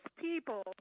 people